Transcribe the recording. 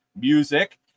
music